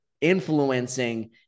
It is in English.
influencing